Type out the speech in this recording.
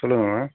சொல்லுங்கம்மா